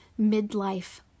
midlife